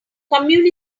communism